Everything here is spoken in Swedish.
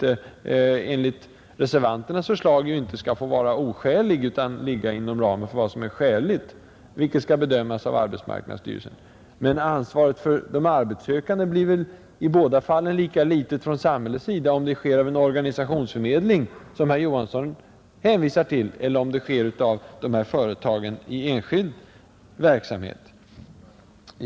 Enligt reservanternas förslag skall denna vinst inte få vara orimligt stor, utan ligga inom ramen för vad som är skäligt, vilket skall bedömas av arbetsmarknadsstyrelsen, Ansvaret för de arbetssökande blir väl i båda fallen lika litet från samhällets sida, om det nu sker genom en organisationsförmedling, en lösning som herr Johansson hänvisar till, eller om det sker genom dessa företag i enskild verksamhet.